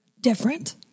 different